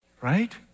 right